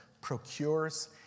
procures